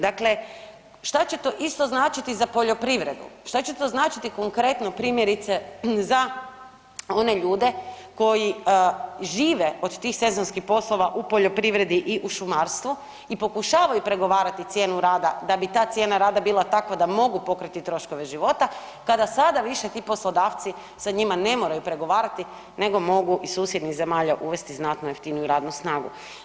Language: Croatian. Dakle, šta će to isto značiti za poljoprivredu, šta će to značiti konkretno primjerice za one ljude koji žive od tih sezonskih poslova u poljoprivredi i u šumarstvu i pokušavaju pregovarati cijenu rada da bi ta cijena rada bila takva da mogu pokriti troškove života kada sada više ti poslodavci sa njima ne moraju pregovarati nego mogu iz susjednih zemalja uvesti znatno jeftiniju radnu snagu.